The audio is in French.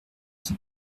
qui